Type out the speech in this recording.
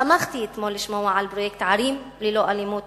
שמחתי אתמול לשמוע על פרויקט "ערים ללא אלימות".